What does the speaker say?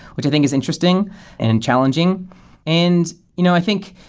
which i think is interesting and challenging and you know i think,